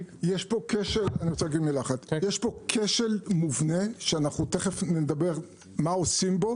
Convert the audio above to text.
יש פה כשל מובנה שאנחנו נדבר מה עושים בו